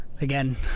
again